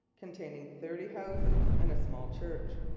containing thirty houses and a small church.